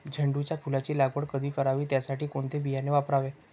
झेंडूच्या फुलांची लागवड कधी करावी? त्यासाठी कोणते बियाणे वापरावे?